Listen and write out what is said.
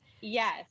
Yes